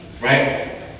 right